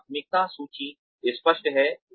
प्राथमिकता सूची स्पष्ट है